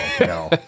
no